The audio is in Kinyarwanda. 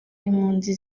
impunzi